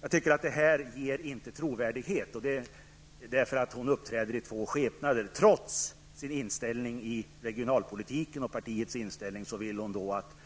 Jag tycker att detta inte ger trovärdighet, för hon uppträder i två skepnader. Trots sin och partiets inställning i regionalpolitiken vill hon att